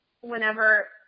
whenever